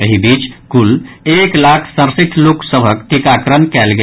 एहि बीच कुल एक लाख सड़सठि लोक सभक टीकाकरण कयल गेल